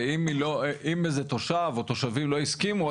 ואם איזה תושב או תושבים לא הסכימו,